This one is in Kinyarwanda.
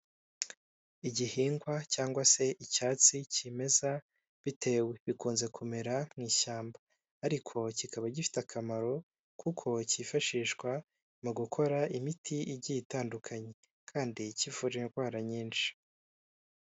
Igihingwa cyangwa se icyatsi kimeza bitewe, bikunze kumera mu ishyamba ariko kikaba gifite akamaro kuko cyifashishwa mu gukora imiti igiye itandukanye kandi kivura indwara nyinshi.